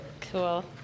cool